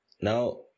Now